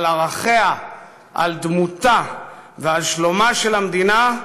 על ערכיה, על דמותה ועל שלומה של המדינה,